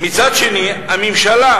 מצד שני, הממשלה